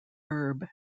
herb